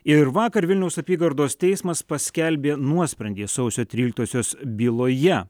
ir vakar vilniaus apygardos teismas paskelbė nuosprendį sausio tryliktosios byloje